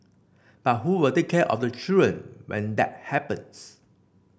but who will take care of the children when that happens